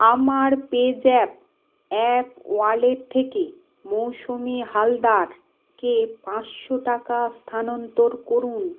আমার PayZapp app wallet থেকে মৌসুমি হালদারকে পাঁচশো টাকা স্থানান্তর করুন